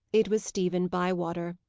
it was stephen bywater.